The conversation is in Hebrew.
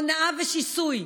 הונאה ושיסוי.